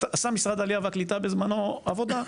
עשה משרד העלייה והקליטה בזמנו עבודה.